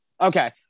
Okay